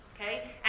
okay